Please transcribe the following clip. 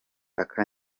aka